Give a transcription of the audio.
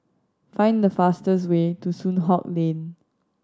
find the fastest way to Soon Hock Lane